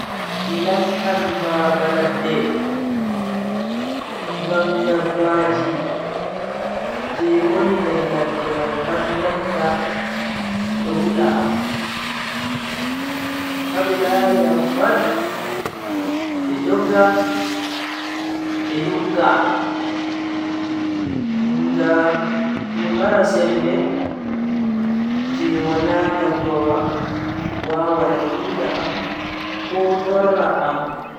Mi lattan baba ladde ngam dabbaji je woni nder ladde mai pat latta do hula am, ha be lari am pat be dogga be nyukka nga mi maran sembe je wala ndabbawa wawata tita am ko torra am.